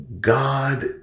God